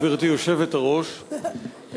גברתי היושבת-ראש,